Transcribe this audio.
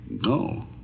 No